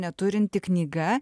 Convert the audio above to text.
neturinti knyga